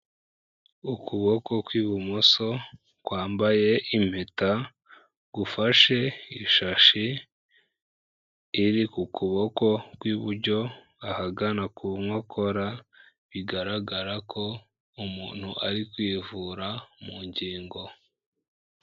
Ukuboko kw'ibumoso kwambaye impeta, gufashe ishashi iri ku kuboko kw'iburyo ahagana ku nkokora, bigaragara ko umuntu ari kwivura mu ngingo.